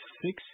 six